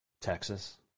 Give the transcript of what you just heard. Texas